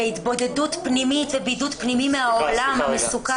בהתבודדות פנימית ובידוד פנימי מהעולם המסוכן.